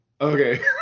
Okay